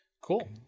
Cool